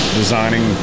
designing